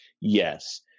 Yes